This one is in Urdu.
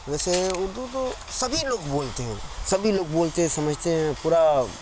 ویسے اردو تو سبھی لوگ بولتے ہیں سبھی لوگ بولتے سمجھتے ہیں پورا